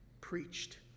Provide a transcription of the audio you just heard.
preached